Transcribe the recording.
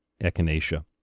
echinacea